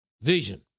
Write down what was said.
vision